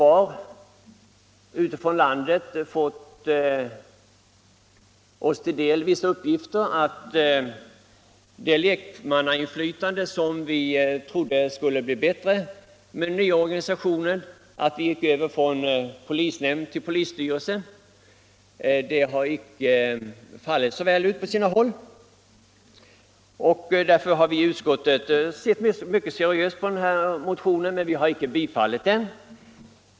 Vi har väl litet var fått del av vissa uppgifter om att lekmannainflytandet, som vi trodde skulle bli bättre med den nya organisationen — när vi gick över från polisnämnd till polisstyrelse — inte har slagit så väl ut på sina håll i landet. Därför har vi i utskottet sett mycket seriöst på denna motion, men vi har icke tillstyrkt den.